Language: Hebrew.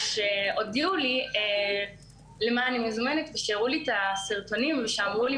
כשהודיעו לי למה אני מוזמנת ושהראו לי את הסרטונים ואמרו מה